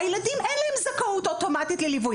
הילדים אין להם זכאות אוטומטית לליווי.